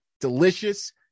Delicious